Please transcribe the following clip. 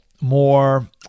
more